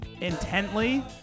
intently